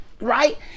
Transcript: right